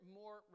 more